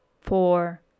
four